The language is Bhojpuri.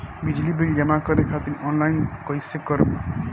बिजली बिल जमा करे खातिर आनलाइन कइसे करम?